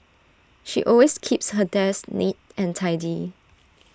she always keeps her desk neat and tidy